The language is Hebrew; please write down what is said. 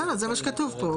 בסדר, זה מה שכתוב פה.